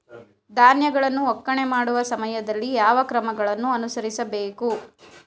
ಧಾನ್ಯಗಳನ್ನು ಒಕ್ಕಣೆ ಮಾಡುವ ಸಮಯದಲ್ಲಿ ಯಾವ ಕ್ರಮಗಳನ್ನು ಅನುಸರಿಸಬೇಕು?